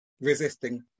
resisting